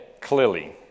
clearly